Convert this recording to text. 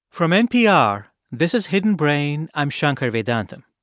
from npr, this is hidden brain. i'm shankar vedantam.